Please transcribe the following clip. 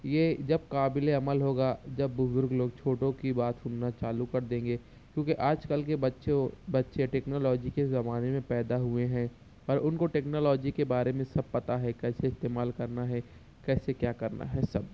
یہ جب قابل عمل ہوگا جب بزرگ لوگ چھوٹوں کی بات سننا چالوں کر دیں گے کیونکہ آج کل کے بچوں بچے ٹیکنالوجی کے زمانے میں پیدا ہوئے ہیں پر ان کو ٹیکنالوجی کے بارے میں سب پتا ہے کیسے استعمال کرنا ہے کیسے کیا کرنا ہے سب